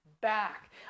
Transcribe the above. back